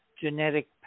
genetic